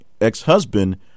ex-husband